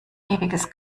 ewiges